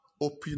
open